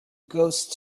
ghost